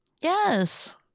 Yes